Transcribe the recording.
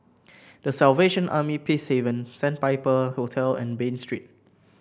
The Salvation Army Peacehaven Sandpiper Hotel and Bain Street